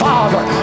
Father